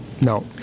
no